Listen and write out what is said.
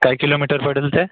काय किलोमीटर पडेल ते